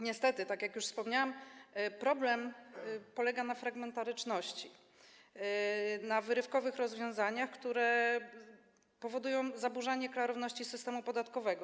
Niestety, tak jak już wspomniałam, problem polega na fragmentaryczności, na wyrywkowych rozwiązaniach, które powodują zaburzanie klarowności systemu podatkowego.